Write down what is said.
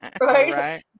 Right